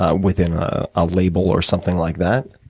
ah within ah a label, or something like that?